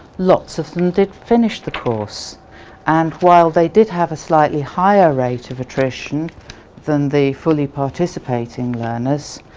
lot's of them did finish the course and while they did have a slightly higher rate of attrition than the fully participating learners